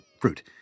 fruit